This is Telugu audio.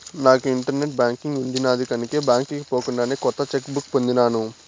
నాకు ఇంటర్నెట్ బాంకింగ్ ఉండిన్నాది కనుకే బాంకీకి పోకుండానే కొత్త చెక్ బుక్ పొందినాను